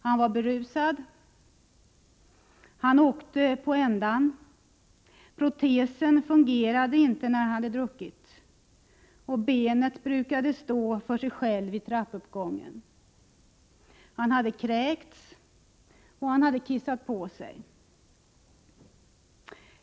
Han var berusad, åkte på ändan, för protesen fungerade inte när han hade druckit. Benet brukade stå för sig självt i trappuppgången. Han hade kräkts och kissat på sig.